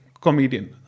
comedian